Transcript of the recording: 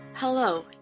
Hello